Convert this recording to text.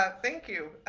ah thank you.